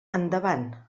endavant